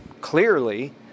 clearly